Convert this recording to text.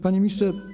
Panie Ministrze!